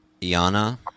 Iana